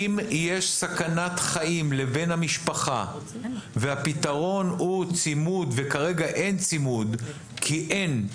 אם יש סכנת חיים לבן המשפחה והפתרון הוא צימוד וכרגע אין צימוד כי אין,